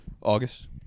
August